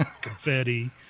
Confetti